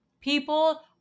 People